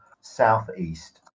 southeast